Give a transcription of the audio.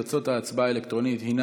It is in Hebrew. תוצאות ההצבעה האלקטרונית הן